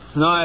no